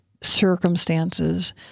circumstances